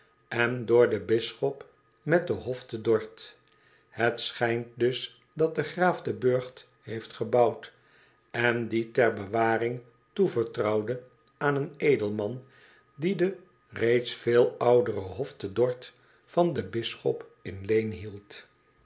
en door den bisschop met den hof te dort het schijnt dus dat de graaf den burgt heeft gebouwd en dien ter bewaring toevertrouwde aan een edelman die den reeds veel ouderen h o f t e d o r t van den bisschop in leen hield